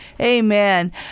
Amen